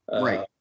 Right